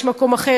יש "מקום אחר",